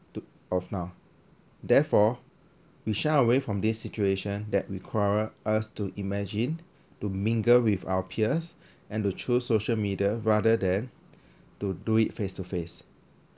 to of now therefore we shy away from this situation that require us to imagine to mingle with our peers and to choose social media rather than to do it face to face